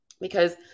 because-